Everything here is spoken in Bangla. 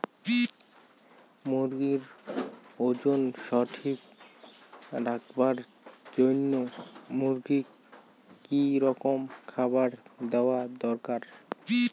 মুরগির ওজন ঠিক রাখবার জইন্যে মূর্গিক কি রকম খাবার দেওয়া দরকার?